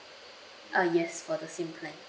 uh yes for the same plan